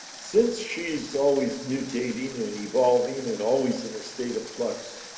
since she's always mutating and evolving and always in a state of flux.